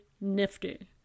nifty